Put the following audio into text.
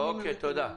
אוקיי, תודה.